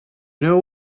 know